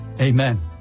Amen